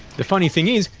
the funny thing is,